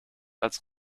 als